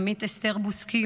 עמית אסתר בוסקילה,